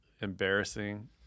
embarrassing